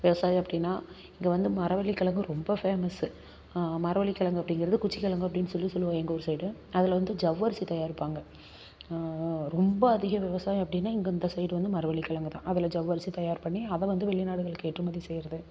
விவசாயி அப்படின்னா இங்கே வந்து மரவள்ளி கிழங்கு ரொம்ப ஃபேமஸ் மரவள்ளி கிழங்கு அப்படிங்குறது குச்சு கிழங்கு அப்படின்னு சொல்லி சொல்லுவோம் எங்கள் ஊர் சைடு அதில் வந்து ஜவ்வரிசி தயாரிப்பாங்க ரொம்ப அதிகம் விவசாயம் அப்படின்னா எங்கள் இந்த சைடு வந்து மரவள்ளி கிழங்கு தான் அதில் ஜவ்வரிசி தயார் பண்ணி அது வந்து வெளிநாடுகளுக்கு ஏற்றுமதி செய்கிறது